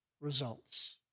results